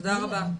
תודה רבה.